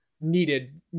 needed